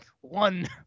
one